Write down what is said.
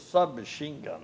submachine gun